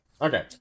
Okay